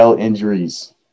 injuries